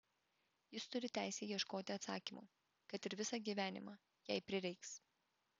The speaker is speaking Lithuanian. jis turi teisę ieškoti atsakymų kad ir visą gyvenimą jei prireiks